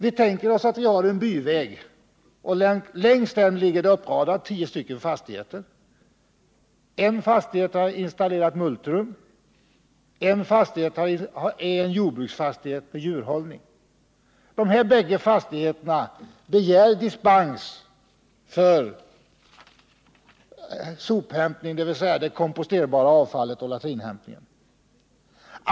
Vi tänker oss att vi har en byväg, och längs den ligger det tio fastigheter uppradade. En fastighet har installerat multrum, en fastighet är en jordbruksfastighet med djurhållning. De här bägge fastigheterna begär dispens för sophämtning, dvs. för det komposterbara avfallet och latrinhämtningen.